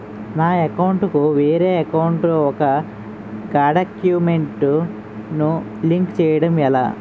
నా అకౌంట్ కు వేరే అకౌంట్ ఒక గడాక్యుమెంట్స్ ను లింక్ చేయడం ఎలా?